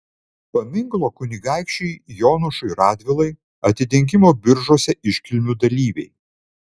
paminklo kunigaikščiui jonušui radvilai atidengimo biržuose iškilmių dalyviai